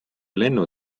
lennu